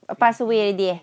pass away already eh